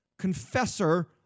confessor